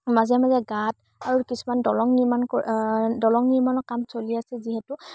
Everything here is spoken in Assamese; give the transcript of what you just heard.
মাজে মাজে গাঁত আৰু কিছুমান দলং নিৰ্মাণ দলং নিৰ্মাণৰ কাম চলি আছে যিহেতু